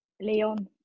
Leon